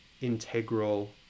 integral